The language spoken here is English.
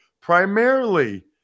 primarily